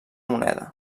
moneda